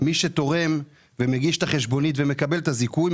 מי שתורם ומגיש את החשבונית ומקבל את הזיכוי,